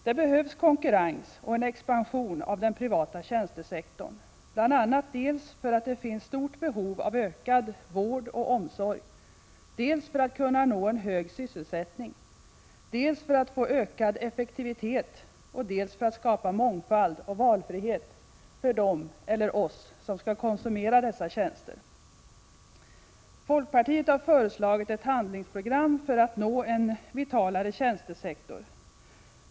Det behövs konkurrens och en expansion av den privata a tjänstesektorn, bl.a. dels för att det finns ett stort behov av ökad vård och Tjänstesektorn omsorg, dels för att kunna nå en hög sysselsättning, dels för att få ökad effektivitet och dels för att skapa mångfald och valfrihet för dem — eller oss — som skall konsumera dessa tjänster. Folkpartiet har föreslagit ett handlingsprogram för att nå en vitalare tjänstesektor.